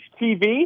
TV